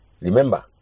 remember